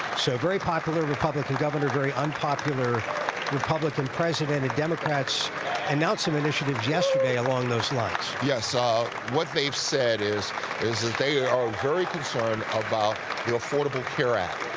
so very popular republican governor, very unpopular republican president, and democrats announceing initiatives yesterday along those lines. charles yes. ah what they have said is is that they are very concerned about the affordable care act,